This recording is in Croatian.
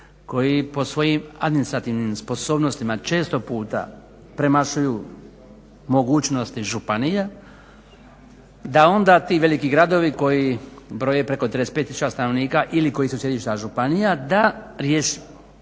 koji po svojim administrativnim sposobnostima često puta premašuju mogućnosti županija, da onda ti veliki gradovi koji broje preko 35 tisuća stanovnika ili koji su sjedišta županija, da po